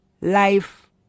life